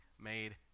made